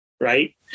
right